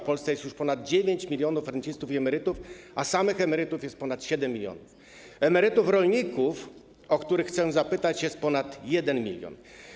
W Polsce jest już ponad 9 mln rencistów i emerytów, a samych emerytów jest ponad 7 mln. Emerytów rolników, o których chcę zapytać, jest ponad 1 mln.